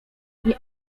nie